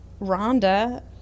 Rhonda